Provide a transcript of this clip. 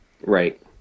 right